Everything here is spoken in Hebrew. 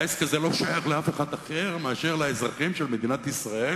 העסק הזה לא שייך לאף אחד אחר אלא לאזרחים של מדינת ישראל,